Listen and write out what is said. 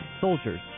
soldiers